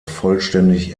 vollständig